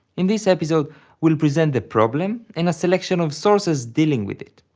in this episode we'll present the problem and a selection of sources dealing with it.